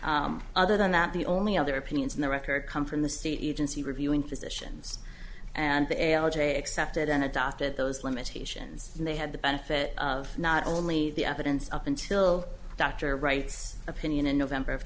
duties other than that the only other opinions on the record come from the state even see review in physicians and the a r j accepted and adopted those limitations and they had the benefit of not only the evidence up until dr writes opinion in november of